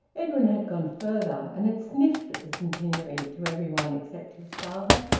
edwin had gone further, and had sniffed at the centenary, to everybody except his father.